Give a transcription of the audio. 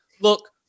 look